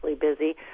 busy